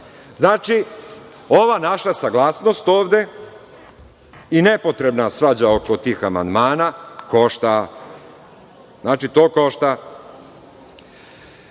Znači, ova naša saglasnost ovde i ne potrebna svađa oko tih amandmana košta. Znači, to košta. Da